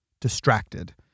distracted